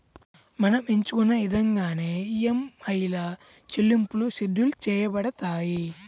మనం ఎంచుకున్న ఇదంగానే ఈఎంఐల చెల్లింపులు షెడ్యూల్ చేయబడతాయి